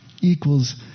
equals